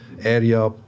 area